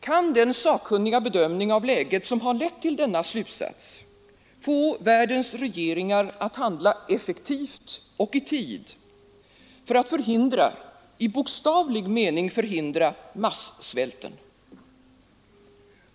Kan den sakkunniga bedömning av läget som lett till denna slutsats få världens regeringar att handla effektivt och i tid för att förhindra, i bokstavlig mening förhindra, massvälten?